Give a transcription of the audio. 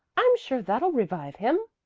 i'm sure that'll revive him.